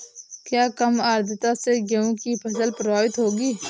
क्या कम आर्द्रता से गेहूँ की फसल प्रभावित होगी?